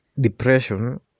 depression